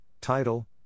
title